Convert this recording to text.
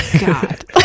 God